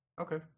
Okay